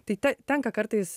tai ta tenka kartais